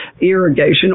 irrigation